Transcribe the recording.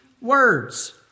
words